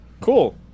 Cool